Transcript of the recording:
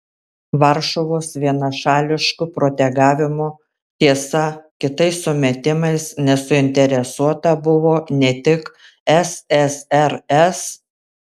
varšuvos vienašališku protegavimu tiesa kitais sumetimais nesuinteresuota buvo ne tik ssrs